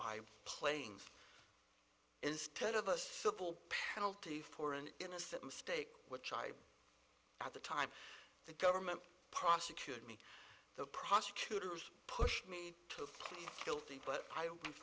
by playing instead of a simple penalty for an innocent mistake which i at the time the government prosecuted me the prosecutors pushed me to plead guilty but i always